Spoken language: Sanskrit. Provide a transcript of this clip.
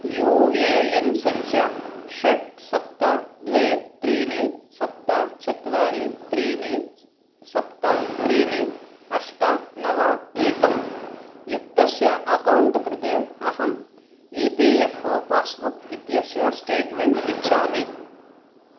यू ए एन् सङ्ख्या षट् सप्त द्वे त्रीणि सप्त चत्वारि त्रीणि सप्त त्रीणि अष्ट नव एकं युक्तस्य अकौण्ट् कृते अहम् E P F O passbook इत्यस्य स्टेट्मेण्ट् इच्छामि